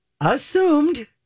Assumed